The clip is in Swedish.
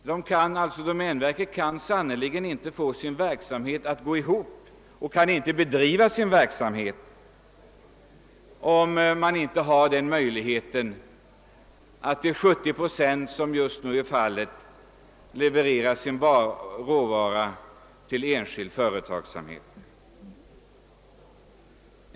Domänverket kan sannerligen inte få sin verksamhet att gå ihop, om man inte har möjlighet att till 70 procent, som just nu är fallet, leverera sin råvara till enskild företagsamhet.